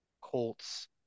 Colts